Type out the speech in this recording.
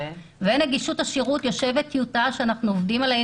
לנגישות השירות יש טיוטה שאנחנו עובדים עליה.